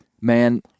Man